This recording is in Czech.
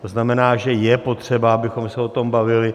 To znamená, že je potřeba, abychom se o tom bavili.